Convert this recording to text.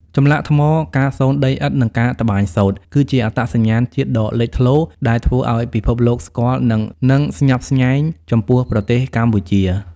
ចម្លាក់ថ្ម ការសូនដីឥដ្ឋ និងការត្បាញសូត្រ គឺជាអត្តសញ្ញាណជាតិដ៏លេចធ្លោ ដែលធ្វើឱ្យពិភពលោកស្គាល់ និងស្ញប់ស្ញែងចំពោះប្រទេសកម្ពុជា។